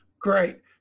Great